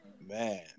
Man